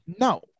No